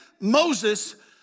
Moses